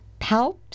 palps